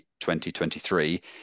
2023